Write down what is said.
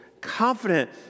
confident